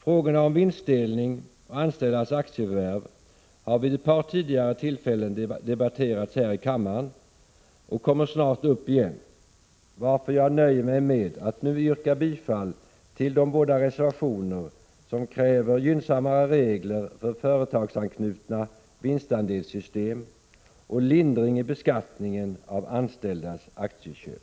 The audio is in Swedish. Frågorna om vinstdelning och anställdas aktieförvärv har vid ett par tidigare tillfällen debatterats här i kammaren, och kommer snart upp igen, varför jag nöjer mig med att nu yrka bifall till de båda reservationer som kräver gynnsammare regler för företagsanknutna vinstandelssystem och lindring i beskattningen av anställdas aktieköp.